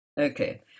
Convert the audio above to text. Okay